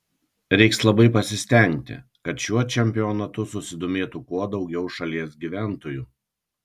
reiks labai pasistengti kad šiuo čempionatu susidomėtų kuo daugiau šalies gyventojų